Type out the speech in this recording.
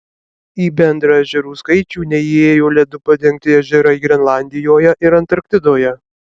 į bendrą ežerų skaičių neįėjo ledu padengti ežerai grenlandijoje ir antarktidoje